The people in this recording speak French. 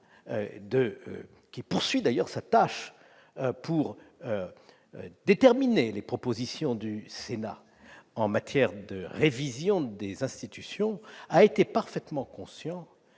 qui poursuit sa tâche pour déterminer les propositions du Sénat en matière de révision des institutions, a été parfaitement conscient